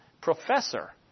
Professor